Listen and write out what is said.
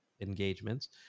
engagements